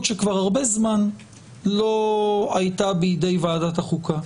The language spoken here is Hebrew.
שכבר הרבה זמן לא הייתה בידי ועדת החוקה,